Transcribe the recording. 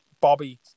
Bobby